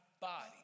body